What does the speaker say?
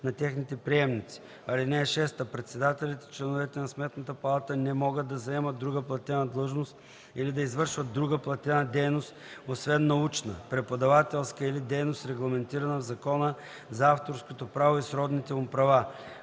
на техните приемници. (6) Председателят и членовете на Сметната палата не могат да заемат друга платена длъжност или да извършват друга платена дейност освен научна, преподавателска или дейност, регламентирана в Закона за авторското право и сродните му права.